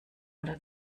oder